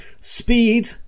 speed